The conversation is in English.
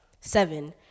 seven